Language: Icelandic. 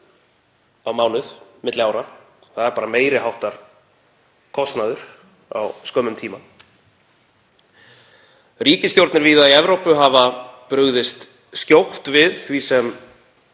á mánuði á milli ára, það er meiri háttar kostnaður á skömmum tíma. Ríkisstjórnir víða í Evrópu hafa brugðist skjótt við því sem